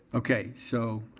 okay, so,